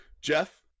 Jeff